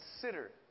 consider